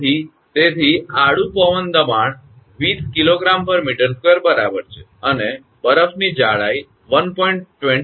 તેથી તેથી આડુ પવનનું દબાણ 20 𝐾𝑔 𝑚2 બરાબર છે અને બરફની જાડાઈ 1